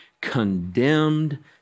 condemned